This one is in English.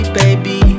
baby